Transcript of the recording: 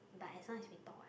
but as long as we talk what